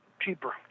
cheaper